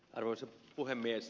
arvoisa puhemies